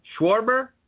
Schwarber